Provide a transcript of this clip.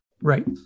right